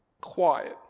quiet